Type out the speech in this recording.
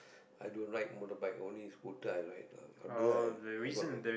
i don't ride motorbike only scooter I ride ah after that I I got my